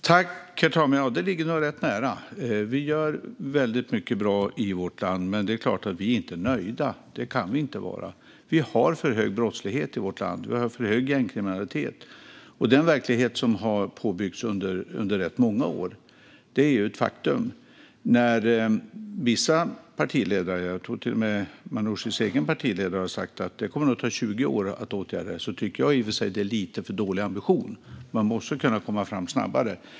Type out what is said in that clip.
Herr talman! Ja, det ligger nog rätt nära det. Vi gör väldigt mycket bra i vårt land, men det är klart att vi inte är nöjda. Det kan vi inte vara. Vi har för hög brottslighet i vårt land. Vi har för hög gängkriminalitet. Det är en verklighet som har byggts på under rätt många år. Det är ett faktum. När vissa partiledare säger - jag tror till och med att Manouchis egen partiledare har sagt det - att det nog kommer att ta 20 år att åtgärda detta tycker jag i och för sig att det är en lite för dålig ambition. Man måste kunna komma fram snabbare.